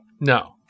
No